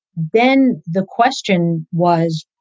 then the question was,